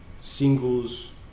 singles